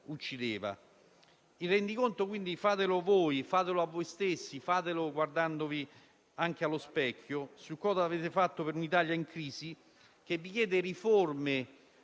Il rendiconto quindi fatelo a voi stessi, fatelo guardandovi allo specchio, su cosa avete fatto per un'Italia in crisi, che vi chiede riforme